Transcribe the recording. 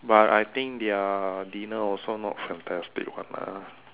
but I think their dinner also not fantastic one ah